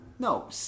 No